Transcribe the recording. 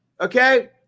okay